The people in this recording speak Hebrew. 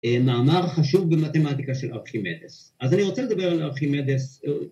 ‫מאמר חשוב במתמטיקה של ארכימדס. ‫אז אני רוצה לדבר על ארכימדס...